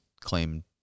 claim